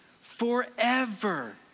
forever